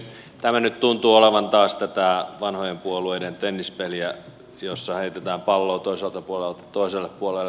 tämä nyt tuntuu olevan taas tätä vanhojen puolueiden tennispeliä jossa heitetään palloa toiselta puolelta toiselle puolelle